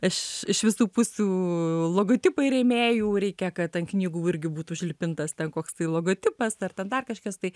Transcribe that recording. aš iš visų pusių logotipai rėmėjų reikia kad ant knygų irgi būtų užlipintas ten koks tai logotipas ar ten dar kažkas tai